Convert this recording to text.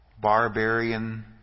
barbarian